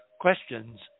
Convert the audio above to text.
questions